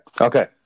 Okay